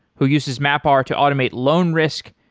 who uses mapr to automate loan risk,